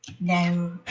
no